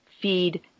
feed